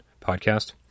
podcast